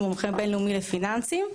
שהוא מומחה בין-לאומי לפיננסים,